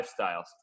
lifestyles